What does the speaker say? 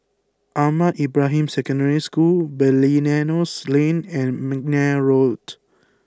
Ahmad Ibrahim Secondary School Belilios Lane and McNair Road